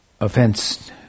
Offense